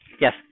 Yes